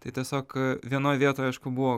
tai tiesiog vienoj vietoj aišku buvo